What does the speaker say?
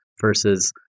versus